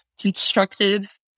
constructive